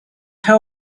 her